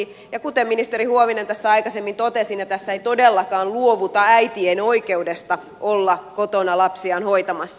ja kuten ministeri huovinen tässä aikaisemmin totesi tässä ei todellakaan luovuta äitien oikeudesta olla kotona lapsiaan hoitamassa